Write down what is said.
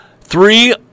Three